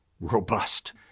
robust